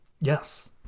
Yes